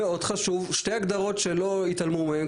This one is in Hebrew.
שתי הגדרות שהתעלמו מהם,